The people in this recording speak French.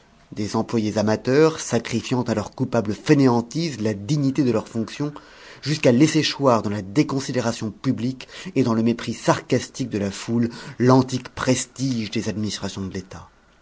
des employés amateurs sacrifiant à leur coupable fainéantise la dignité de leurs fonctions jusqu'à laisser choir dans la déconsidération publique et dans le mépris sarcastique de la foule l'antique prestige des administrations de l'état